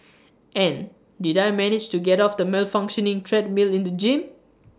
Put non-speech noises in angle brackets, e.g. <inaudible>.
<noise> and did I manage to get off the malfunctioning treadmill in the gym <noise>